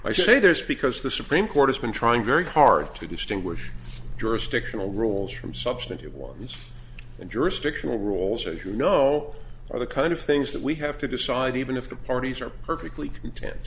i say there's because the supreme court has been trying very hard to distinguish jurisdictional roles from substantive ones and jurisdictional rules as you know are the kind of things that we have to decide even if the parties are perfectly content